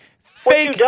fake